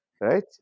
Right